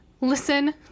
listen